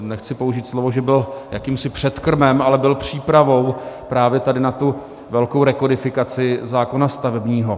Nechci použít slovo, že byl jakýmsi předkrmem, ale byl přípravou právě tady na tu velkou rekodifikaci zákona stavebního.